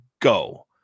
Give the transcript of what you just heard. go